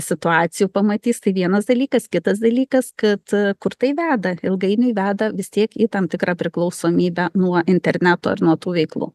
situacijų pamatys tai vienas dalykas kitas dalykas kad kur tai veda ilgainiui veda vis tiek į tam tikrą priklausomybę nuo interneto ir nuo tų veiklų